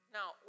Now